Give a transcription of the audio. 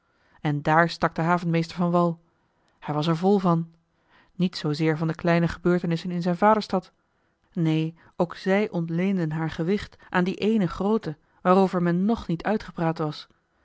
en daar stak de havenmeester van wal hij was er vol van niet zoozeer van de kleine gebeurtenissen in zijn vaderstad neen ook zij ontleenden haar gewicht aan die ééne groote waarover men nog niet uitgepraat was